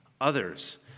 others